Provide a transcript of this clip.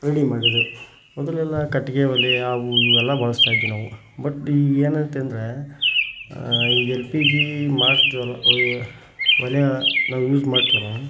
ready ಮಾಡಿದರು ಮೊದಲೆಲ್ಲ ಕಟ್ಟಿಗೆ ಒಲೆ ಅವು ಇವು ಎಲ್ಲ ಬಳಸ್ತಾಯಿದ್ವಿ ನಾವು ಬಟ್ ಈಗ ಏನಾಯ್ತಂದ್ರೆ ಈಗ ಎಲ್ ಪಿ ಜಿ ಮಾಡ್ತೀವಿ ಒಲೆನ ನಾವು ಯೂಸ್ ಮಾಡ್ತೀವಲ್ಲ